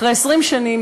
אחרי 20 שנים,